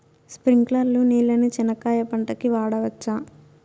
స్ప్రింక్లర్లు నీళ్ళని చెనక్కాయ పంట కు వాడవచ్చా?